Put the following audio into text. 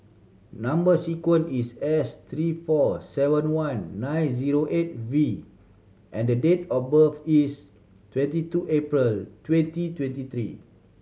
number sequence is S three four seven one nine zero eight V and date of birth is twenty two April twenty twenty three